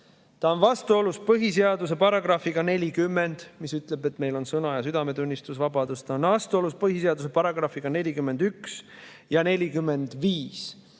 See on vastuolus põhiseaduse §-ga 40, mis ütleb, et meil on sõna‑ ja südametunnistusevabadus, see on vastuolus põhiseaduse §‑dega 41 ja 45.